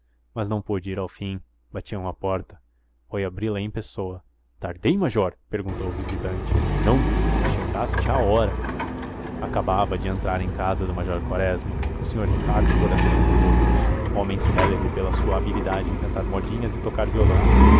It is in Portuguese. mas não pôde ir ao fim batiam à porta foi abri-la em pessoa tardei major perguntou o visitante não chegaste à hora acabava de entrar em casa do major quaresma o senhor ricardo coração dos outros homem célebre pela sua habilidade em cantar modinhas e tocar violão